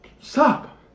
Stop